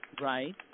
right